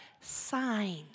sign